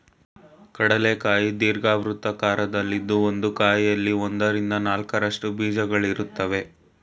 ಕಡ್ಲೆ ಕಾಯಿ ದೀರ್ಘವೃತ್ತಾಕಾರದಲ್ಲಿದ್ದು ಒಂದು ಕಾಯಲ್ಲಿ ಒಂದರಿಂದ ನಾಲ್ಕರಷ್ಟು ಬೀಜಗಳಿರುತ್ವೆ